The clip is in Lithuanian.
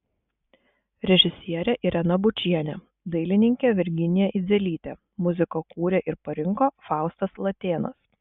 režisierė irena bučienė dailininkė virginija idzelytė muziką kūrė ir parinko faustas latėnas